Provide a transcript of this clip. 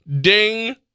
Ding